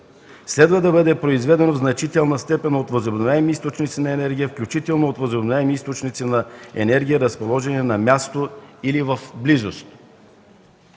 следва да бъде произведена в значителна степен от възобновяеми източници на енергия, включително от възобновяеми източници на енергия, разположени на място или в близост.